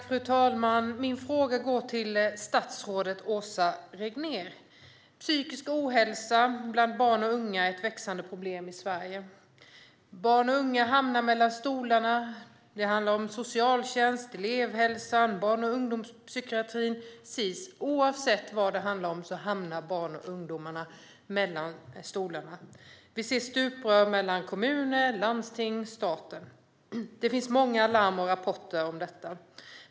Fru talman! Min fråga går till statsrådet Åsa Regnér. Psykisk ohälsa bland barn och unga är ett växande problem i Sverige. Barn och unga hamnar mellan stolarna. Socialtjänsten, elevhälsan, barn och ungdomspsykiatrin, Sis - oavsett vad det handlar om hamnar barnen och ungdomarna mellan stolarna. Vi ser stuprör mellan kommuner, landsting och staten. Det finns många larm och rapporter om detta.